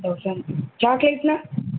thousand சாக்லேட்னால்